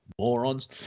morons